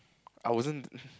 I wasn't